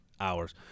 hours